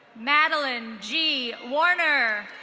madeline g warner.